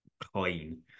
clean